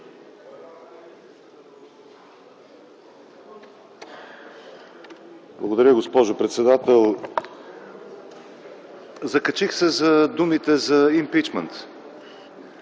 Благодаря, госпожо председател. Закачих се за думите за импийчмънт.